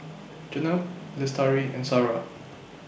Jenab Lestari and Sarah